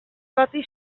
bati